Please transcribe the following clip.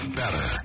better